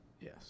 Yes